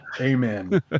Amen